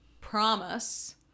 promise